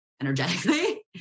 energetically